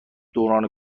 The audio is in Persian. دوران